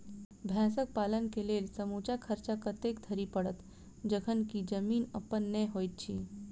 भैंसक पालन केँ लेल समूचा खर्चा कतेक धरि पड़त? जखन की जमीन अप्पन नै होइत छी